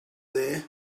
there